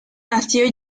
nació